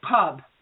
Pub